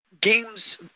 games